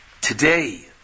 today